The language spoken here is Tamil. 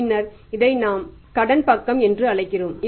பின்னர் இதை நாம் கடன் பக்கம் என்று அழைக்கிறோம்